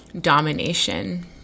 domination